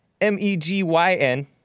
M-E-G-Y-N